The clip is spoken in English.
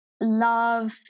love